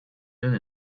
done